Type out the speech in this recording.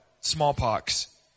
smallpox